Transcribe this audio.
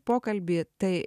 pokalbį tai